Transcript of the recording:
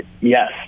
yes